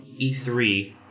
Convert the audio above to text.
E3